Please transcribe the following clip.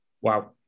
Wow